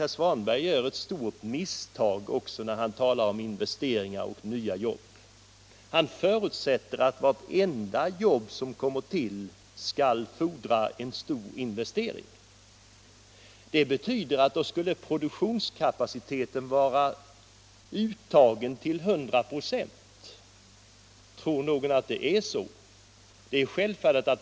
Herr Svanberg gör ett stort misstag också när han talar om investeringar och nya jobb. Han förutsätter att vartenda jobb som kommer till fordrar en stor investering. Det skulle betyda att produktionskapaciteten var utnyttjad till 100 "6. Tror någon att det är så?